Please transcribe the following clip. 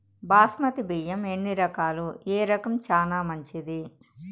బాస్మతి బియ్యం ఎన్ని రకాలు, ఏ రకం చానా మంచిది?